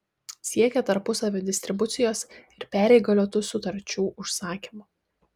siekia tarpusavio distribucijos ir perįgaliotų sutarčių užsakymų